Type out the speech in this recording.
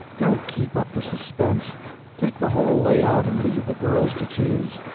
don't keep up the suspense take the whole lay-out, and leave the girls to choose!